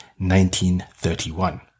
1931